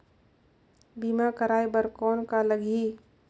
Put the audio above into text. बीमा कराय बर कौन का लगही?